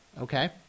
okay